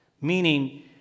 meaning